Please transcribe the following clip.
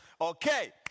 Okay